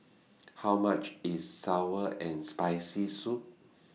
How much IS Sour and Spicy Soup